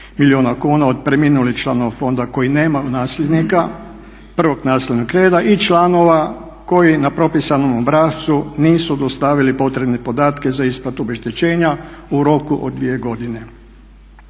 milijuna kuna od preminulih članova fonda koji nemaju nasljednika 1. nasljednog reda i članova koji na propisanom obrascu nisu dostavili potrebne podatke za isplatu obeštećenja u roku od 2 godine.